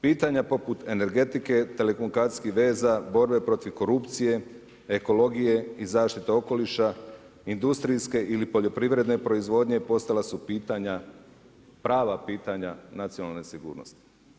Pitanja poput energetike, telekomunikacijskih veza, borbe protiv korupcije, ekologije i zaštite okoliša, industrijske ili poljoprivredne proizvodnje postala su pitanja, prava pitanja nacionalne sigurnosti.